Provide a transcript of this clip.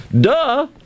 Duh